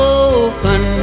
open